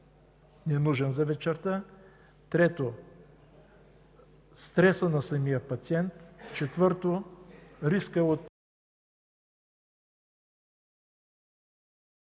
е ненужен за вечерта. Трето, стресът на самия пациент. Четвърто, рискът от